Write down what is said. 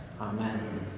Amen